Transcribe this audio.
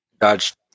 Dodge